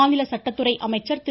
மாநில சட்டத்துறை அமைச்சர் திரு